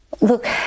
look